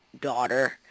daughter